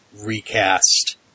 recast